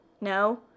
no